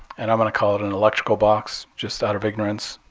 and i'm going to call it an electrical box just out of ignorance.